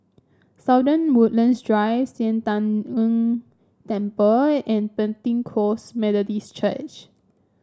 Woodlands Drive Sian Tng Ng Temple and Pentecost Methodist Church